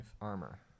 armor